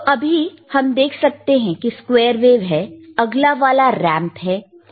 तो अभी हम देख सकते हैं कि वेव स्क्वेयर है अगला वाला रैंप है